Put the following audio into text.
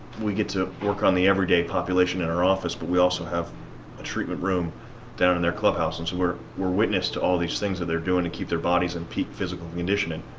we get to work on the everyday population in our office but we also have a treatment room down in their clubhouse. and so we're we're witness to all these things that they're doing to keep their bodies in peak physical conditioning.